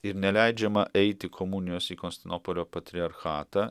ir neleidžiama eiti komunijos į konstantinopolio patriarchatą